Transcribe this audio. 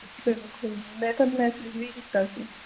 ਚਲੋ ਕੋਈ ਨਹੀਂ ਮੈਂ ਤੁਹਾਨੂੰ ਮੈਸੇਜ ਵੀ ਕੀਤਾ ਸੀ